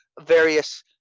various